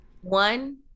one